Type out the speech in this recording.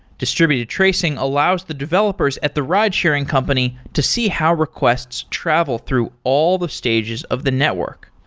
distributed tracing allows the developers at the ridesharing company to see how requests travel through all the stages of the network.